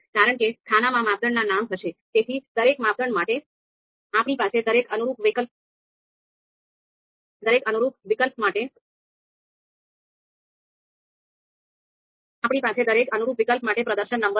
કારણ કે ખાનામાં માપદંડના નામ હશે તેથી દરેક માપદંડ માટે આપણી પાસે દરેક અનુરૂપ વિકલ્પ માટે પ્રદર્શન નંબરો છે